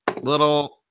little